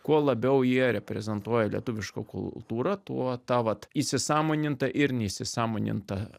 kuo labiau jie reprezentuoja lietuvišką kultūrą tuo ta vat įsisąmoninta ir neįsisąmoninta